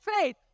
faith